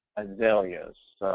azaleas,